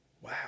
Wow